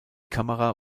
kamera